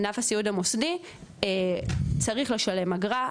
ענף הסיעוד המוסדי צריך לשלם אגרה,